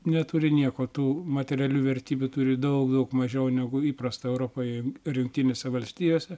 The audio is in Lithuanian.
neturi nieko tų materialių vertybių turi daug daug mažiau negu įprasta europoj ar jungtinėse valstijose